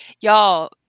y'all